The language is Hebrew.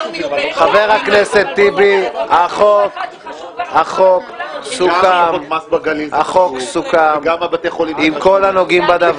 חבר הכנסת טיבי, החוק סוכם עם כל הנוגעים בדבר.